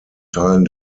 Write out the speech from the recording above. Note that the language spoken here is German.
teilen